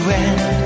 end